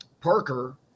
Parker